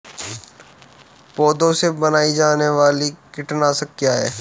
पौधों से बनाई जाने वाली कीटनाशक क्या है?